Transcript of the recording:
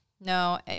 no